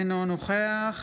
אינו נוכח